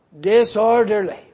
disorderly